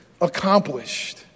accomplished